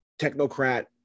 technocrat